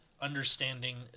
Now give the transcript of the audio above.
understanding